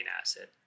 asset